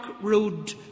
road